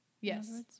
Yes